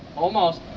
almost.